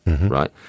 right